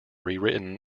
rewritten